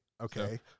okay